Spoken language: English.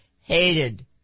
hated